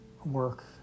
Work